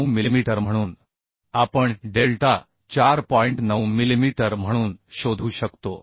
9 millimetre म्हणून शोधू शकतो